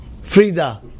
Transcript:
Frida